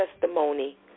testimony